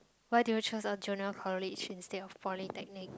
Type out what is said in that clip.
why do you chose a junior college instead of Polytechnic